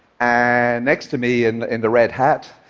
and next to me and in the red hat,